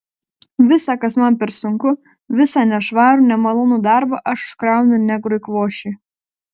visa kas man per sunku visą nešvarų nemalonų darbą aš užkraunu negrui kvošiui